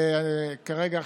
וכרגע,